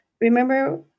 remember